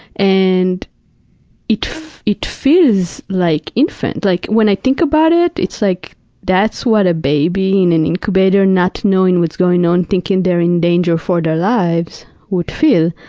and it it feels like infant, like when i think about it, it's like that's what a baby in an incubator, not knowing what's going on, thinking they're in danger for their lives would feel.